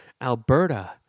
Alberta